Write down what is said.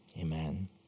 amen